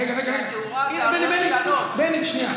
רגע, רגע, רגע, בני, בני, שנייה.